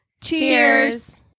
Cheers